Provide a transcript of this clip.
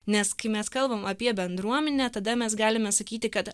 nes kai mes kalbam apie bendruomenę tada mes galime sakyti kad